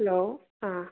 hello